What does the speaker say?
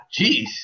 Jeez